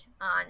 on